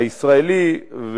הישראלי.